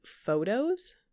photos